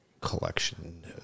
collection